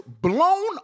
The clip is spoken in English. blown